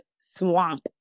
swamp